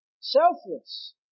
Selfless